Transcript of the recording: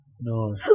no